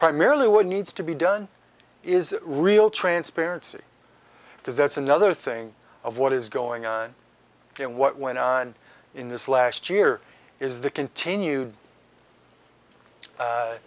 primarily what needs to be done is real transparency because that's another thing of what is going on and what went on in this last year is the continued